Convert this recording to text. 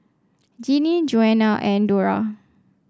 Jeanie Joanna and Dora